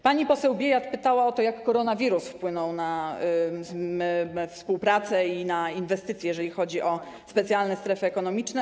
Pani poseł Biejat pytała o to, jak koronawirus wpłynął na współpracę i na inwestycje, jeżeli chodzi o specjalne strefy ekonomiczne.